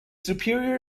superior